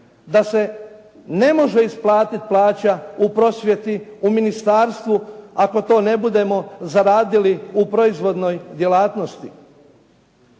Da se ne može isplatiti plaća u prosvjeti, u ministarstvu ako to ne budemo zaradili u proizvodnoj djelatnosti.